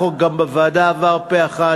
החוק גם בוועדה עבר פה-אחד.